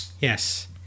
Yes